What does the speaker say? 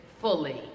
fully